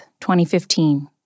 2015